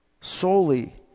solely